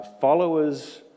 followers